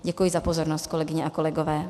Děkuji za pozornost, kolegyně a kolegové.